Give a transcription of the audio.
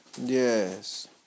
yes